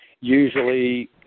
usually